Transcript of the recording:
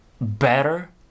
better